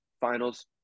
finals